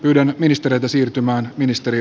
yhden ministereitä siirtymään ministeri